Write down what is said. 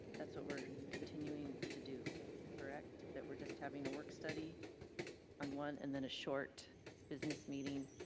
that's what we're continuing to do correct that we're just having a work study on one and then a short business meeting